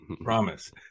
promise